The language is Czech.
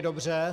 Dobře.